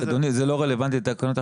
אדוני, זה לא רלוונטי לתקנות.